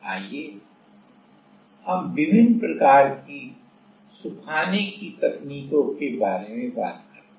आइए हम विभिन्न प्रकार की सुखाने की तकनीकों के बारे में बात करते हैं